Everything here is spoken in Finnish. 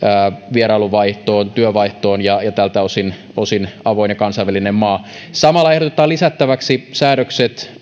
vierailuvaihtoon työvaihtoon ja ja tältä osin osin avoin ja kansainvälinen maa samalla ehdotetaan lisättäväksi ulkomaalaislakiin säädökset